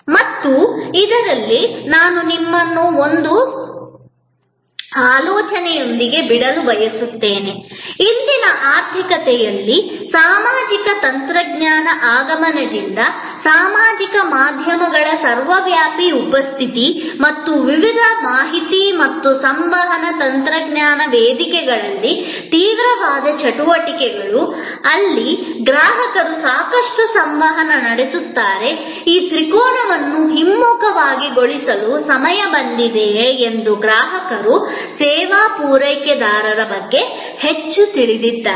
ಮತ್ತು ಇದರಲ್ಲಿ ನಾನು ನಿಮ್ಮನ್ನು ಒಂದು ಆಲೋಚನೆಯೊಂದಿಗೆ ಬಿಡಲು ಬಯಸುತ್ತೇನೆ ಇಂದಿನ ಆರ್ಥಿಕತೆಯಲ್ಲಿ ಸಾಮಾಜಿಕ ತಂತ್ರಜ್ಞಾನಗಳ ಆಗಮನದೊಂದಿಗೆ ಸಾಮಾಜಿಕ ಮಾಧ್ಯಮಗಳ ಸರ್ವವ್ಯಾಪಿ ಉಪಸ್ಥಿತಿ ಮತ್ತು ವಿವಿಧ ಮಾಹಿತಿ ಮತ್ತು ಸಂವಹನ ತಂತ್ರಜ್ಞಾನ ವೇದಿಕೆಗಳಲ್ಲಿ ತೀವ್ರವಾದ ಚಟುವಟಿಕೆಗಳು ಅಲ್ಲಿ ಗ್ರಾಹಕರು ಸಾಕಷ್ಟು ಸಂವಹನ ನಡೆಸುತ್ತಾರೆ ಈ ತ್ರಿಕೋನವನ್ನು ಹಿಮ್ಮುಖಗೊಳಿಸುವ ಸಮಯ ಬಂದಿದೆ ಎಂದು ಗ್ರಾಹಕರು ಸೇವಾ ಪೂರೈಕೆದಾರರ ಬಗ್ಗೆ ಹೆಚ್ಚು ತಿಳಿದಿದ್ದಾರೆ